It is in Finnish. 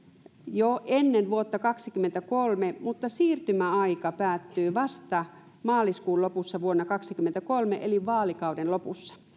jo ennen vuotta kaksikymmentäkolme mutta siirtymäaika päättyy vasta maaliskuun lopussa vuonna kaksikymmentäkolme eli vaalikauden lopussa